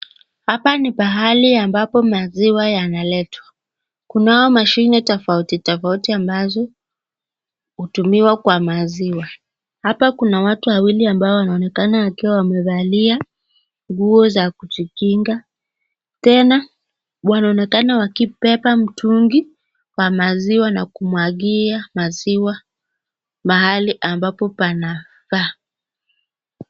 Hapa ni pahali ambapo maziwa yanaletwa. Kunao mashine tofauti tofauti ambazo hutumiwa kwa maziwa. Hapa kuna watu wawili ambao wanaonekana wakiwa wamevalia nguo za kujikinga, tena wanaonekana wakibeba mtungi wa maziwa na kumwagia maziwa mahali ambapo panafaa.